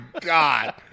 God